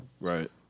Right